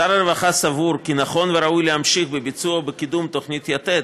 שר הרווחה סבור כי נכון וראוי להמשיך בביצוע ובקידום תוכנית יתד,